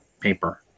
paper